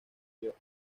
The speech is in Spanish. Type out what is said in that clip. york